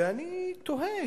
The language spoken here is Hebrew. ואני תוהה.